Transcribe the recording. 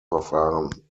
verfahren